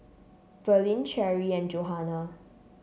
Verlyn Cherri and Johana